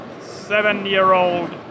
seven-year-old